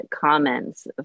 comments